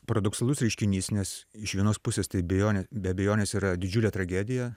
paradoksalus reiškinys nes iš vienos pusės tai abejonė be abejonės yra didžiulė tragedija